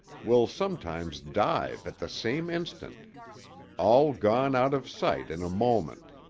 will sometimes dive at the same instant all gone out of sight in a moment.